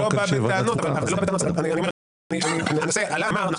אני לא בא בטענות, אבל הנושא עלה, נאמר.